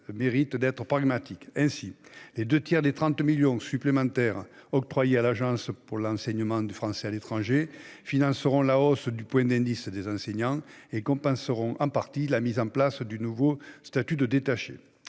mérite d'être pragmatiques. Ainsi, les deux tiers des 30 millions d'euros supplémentaires octroyés à l'Agence pour l'enseignement français à l'étranger financeront la hausse du point d'indice des enseignants et compenseront en partie la mise en place du nouveau statut de détaché.